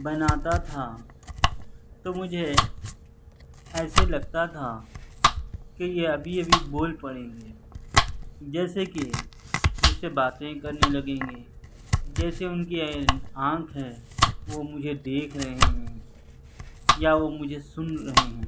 بناتا تھا تو مجھے ایسے لگتا تھا کہ یہ ابھی ابھی بول پڑیں گے جیسے کہ مجھ سے باتیں کرنے لگیں گے جیسے ان کی آنکھ ہے وہ مجھے دیکھ رہے ہوں یا وہ مجھے سن رہے ہوں